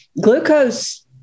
glucose